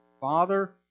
Father